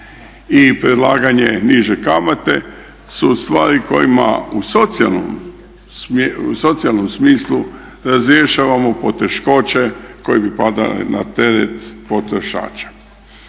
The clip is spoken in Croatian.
i predlaganje niže kamate su stvari kojima u socijalnom smislu razrješavamo poteškoće koje bi padale na teret potrošača.